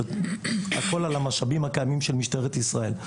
והכול על המשאבים הקיימים של משטרת ישראל.